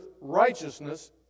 righteousness